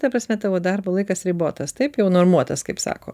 ta prasme tavo darbo laikas ribotas taip jau normuotas kaip sako